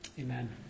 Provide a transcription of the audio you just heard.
Amen